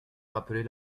rappeler